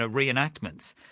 ah re-enactments.